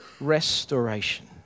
restoration